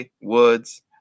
woods